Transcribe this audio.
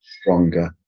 stronger